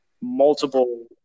multiple –